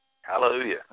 Hallelujah